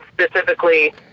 specifically